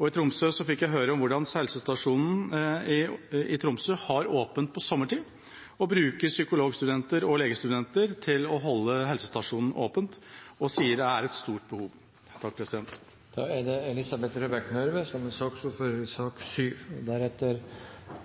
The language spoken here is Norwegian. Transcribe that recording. I Tromsø fikk jeg høre om at helsestasjonen i Tromsø har åpent sommerstid. De bruker psykologistudenter og legestudenter for å holde helsestasjonen åpen. De sier det er et stort behov. Forslagsstillerne til Dokument 8:54 S for 2013–2014 viser til at psykiske lidelser er